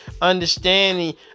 understanding